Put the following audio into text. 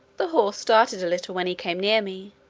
the horse started a little, when he came near me,